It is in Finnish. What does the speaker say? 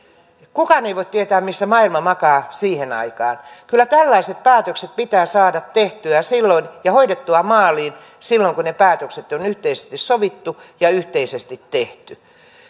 kukaan ei voi tietää missä maailma makaa siihen aikaan kyllä tällaiset päätökset pitää saada tehtyä silloin ja hoidettua maaliin silloin kun ne päätökset on yhteisesti sovittu ja yhteisesti tehty